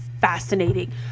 fascinating